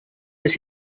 was